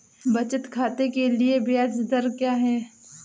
बचत खाते के लिए ब्याज दर क्या है?